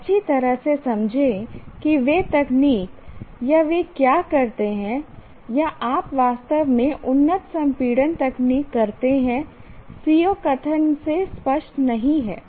अच्छी तरह से समझें कि वे तकनीक या वे क्या करते हैं या आप वास्तव में उन्नत संपीड़न तकनीक करते हैं CO कथन से स्पष्ट नहीं हैं